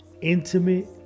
intimate